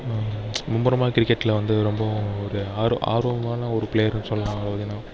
மும்முரமா கிரிக்கெட்டில் வந்து ரொம்ப ஒரு ஆர்வமான ஒரு பிளேயருன்னு சொல்லாம் பார்த்திங்கனா